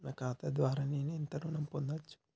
నా ఖాతా ద్వారా నేను ఎంత ఋణం పొందచ్చు?